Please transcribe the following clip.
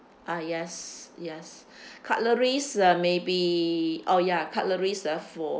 ah yes yes cutleries uh maybe oh ya cutleries ah for